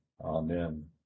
Amen